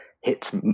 hits